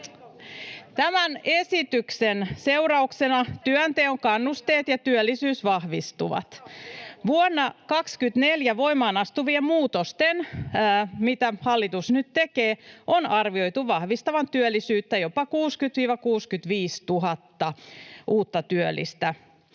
Tämän esityksen seurauksena työnteon kannusteet ja työllisyys vahvistuvat. Vuonna 24 voimaan astuvien muutosten, mitä hallitus nyt tekee, on arvioitu vahvistavan työllisyyttä jopa 60 000—65 000 uudella työllisellä.